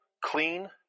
clean